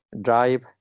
drive